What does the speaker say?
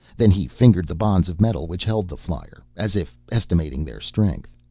then he fingered the bonds of metal which held the flyer, as if estimating their strength.